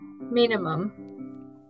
minimum